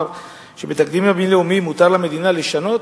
שבתקדימים הבין-לאומיים מותר למדינה לשנות,